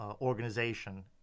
organization